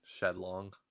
Shedlong